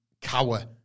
cower